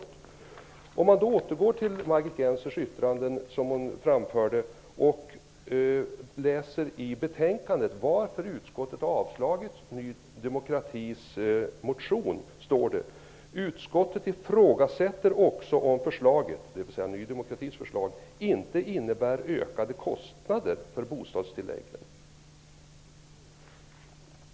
Jag vill med anledning av Margit Gennsers yttranden också hänvisa till något som anförs i betänkandet som skäl för att avstyrka Ny demokratis motion, nämligen att utskottet ifrågasätter om Ny demokratis förslag inte innebär ökade kostnader för bostadstilläggen.